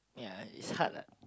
ya it's hard lah